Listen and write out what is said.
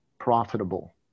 profitable